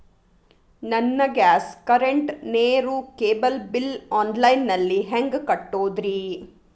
ನನ್ನ gas, current, ನೇರು, cable bill online ನಲ್ಲಿ ಹೆಂಗ್ ಕಟ್ಟೋದ್ರಿ?